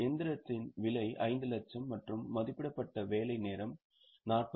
இயந்திரத்தின் விலை 5 லட்சம் மற்றும் மதிப்பிடப்பட்ட வேலை நேரம் 40000